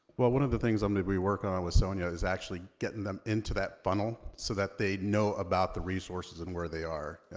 well, one of the things i'm going to be working on with sonia is actually getting them into that funnel, so that they know about the resources and where they are.